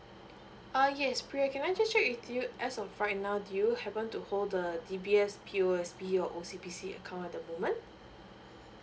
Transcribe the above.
uh yes pria can I just check with you as of right now do you happen to hold the D_B_S P_O_S_B or O_C_B_C account at the moment